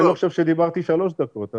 אני לא חושב שדיברתי שלוש דקות.